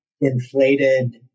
inflated